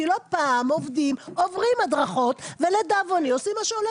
כי לא פעם עובדים עוברים הדרכות ולדאבוני עושים מה שעולה